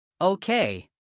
Okay